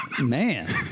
Man